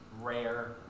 Rare